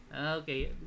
Okay